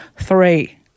three